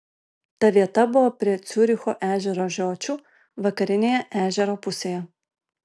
ta vieta buvo prie ciuricho ežero žiočių vakarinėje ežero pusėje